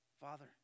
Father